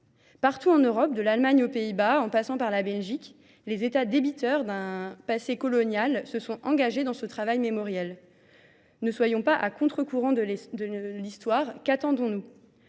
Partout en Europe, de l'Allemagne au Pays-Bas, en passant par la Belgique, les États débiteurs d'un passé colonial se sont engagés dans ce travail mémoriel. Ne soyons pas à contre-courant de l'histoire, qu'attendons-nous ?